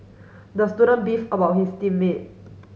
the student beef about his team mate